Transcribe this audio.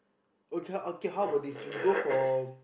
okay okay how about this we go for